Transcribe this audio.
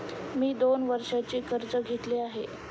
मी दोन वर्षांचे कर्ज घेतले आहे